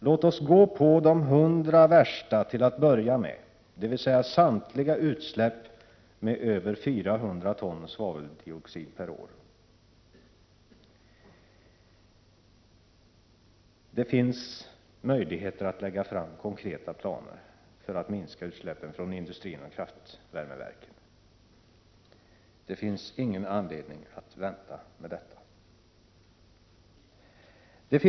Låt oss gå på de hundra värsta källorna till att börja med, dvs. samtliga utsläppskällor som innehåller över 400 ton svaveldioxid per år. Det finns möjligheter att lägga fram konkreta planer för att minska utsläppen från industrierna och kraftvärmeverken. Det finns ingen anledning att vänta med detta.